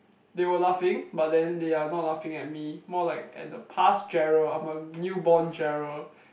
they were laughing but then they are not laughing at me more like at the past Gerald I'm a newborn Gerald